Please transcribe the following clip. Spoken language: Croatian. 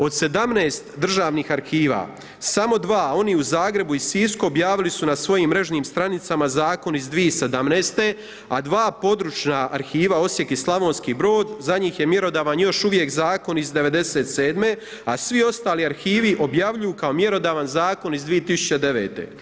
Od 17 državnih arhiva, samo 2, oni u Zagrebu i u Sisku, objavili su na svojim mrežnim stranicama zakon iz 2017., a dva područna arhiva, Osijek i Slavonski Brod, za njih je mjerodavan još uvijek zakon iz '97. a svi ostali arhivi objavljuju kao mjerodavan zakon iz 2009.